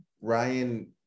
Ryan